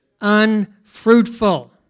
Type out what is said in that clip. Unfruitful